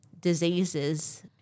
diseases